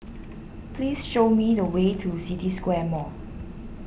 please show me the way to City Square Mall